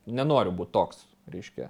nenoriu būt toks reiškia